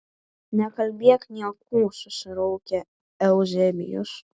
nekalbėk niekų susiraukė euzebijus